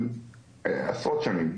כבר עשרות שנים.